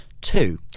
Two